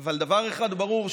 אבל דבר אחד ברור,